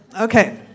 Okay